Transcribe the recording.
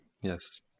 Yes